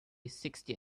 sixty